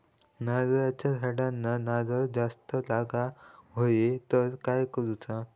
नारळाच्या झाडांना नारळ जास्त लागा व्हाये तर काय करूचा?